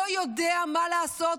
לא יודע מה לעשות,